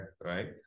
right